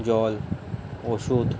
জল ওষুধ